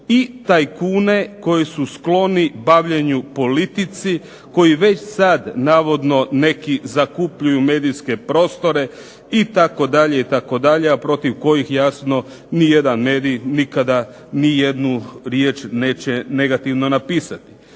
i tajkune koji su skloni bavljenju politike, koji već sad navodno neki zakupljuju medijske prostore itd., itd., a protiv kojih jasno nijedan medij nikada nijednu riječ neće negativno napisati.